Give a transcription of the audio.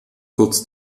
kurz